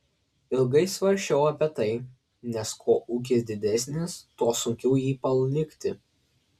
ilgai svarsčiau apie tai nes kuo ūkis didesnis tuo sunkiau jį palikti